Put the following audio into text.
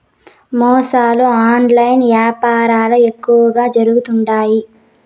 మోసాలు ఆన్లైన్ యాపారంల ఎక్కువగా జరుగుతుండాయి